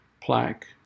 plaque